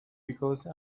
because